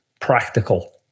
practical